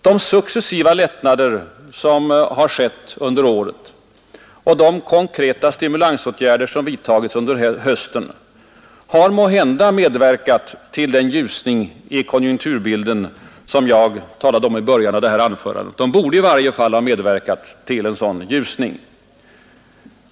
De successiva lättnader som har skett under året och de konkreta stimulansåtgärder som vidtagits under hösten har måhända påverkat den ljusning i konjunkturbilden, som jag talade om i början av mitt anförande. De borde i varje fall ha medverkat till en sådan ljusning.